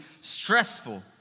stressful